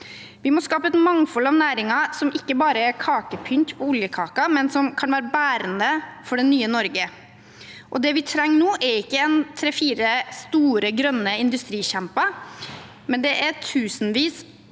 Vi må skape et mangfold av næringer som ikke bare er kakepynt på oljekaken, men som kan være bærende for det nye Norge. Det vi trenger nå, er ikke tre-fire store grønne industrikjemper, men tusenvis av